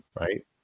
Right